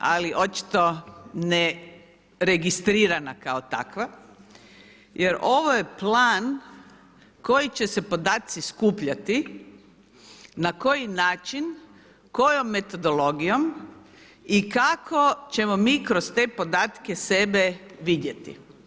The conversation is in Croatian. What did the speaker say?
Ali, očito ne registrirana kao takva jer ovo je plan koji će se podaci skupljati, na koji način, kojom metodologijom i kako ćemo mi kroz te podatke sebe vidjeti.